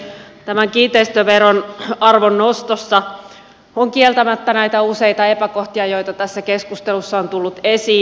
tämän kiinteistöveron arvon nostossa on kieltämättä näitä useita epäkohtia joita tässä keskustelussa on tullut esiin